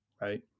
right